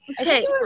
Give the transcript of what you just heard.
Okay